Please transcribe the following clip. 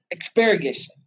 asparagus